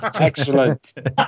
Excellent